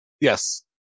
Yes